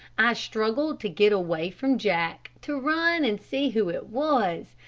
i struggled to get away from jack to run and see who it was.